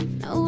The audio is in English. no